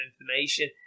information